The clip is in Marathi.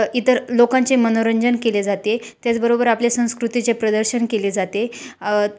इतर लोकांचे मनोरंजन केले जाते त्याचबरोबर आपले संस्कृतीचे प्रदर्शन केले जाते